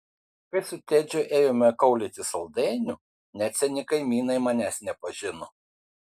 kai su tedžiu ėjome kaulyti saldainių net seni kaimynai manęs nepažino